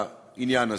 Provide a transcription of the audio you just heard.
בעניין הזה.